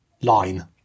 line